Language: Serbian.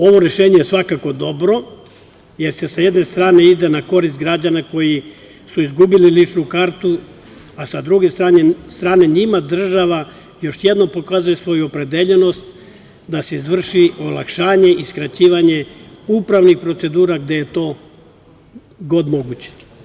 Ovo rešenje je svakako dobro, jer se sa jedne strane ide na korist građana koji su izgubili ličnu kartu, a sa druge strane njima država još jednom pokazuje svoju opredeljenost da se izvrši olakšanje i skraćivanje upravnih procedura gde je to god moguće.